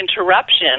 interruption